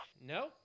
No